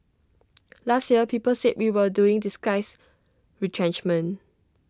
last year people said we were doing disguised retrenchment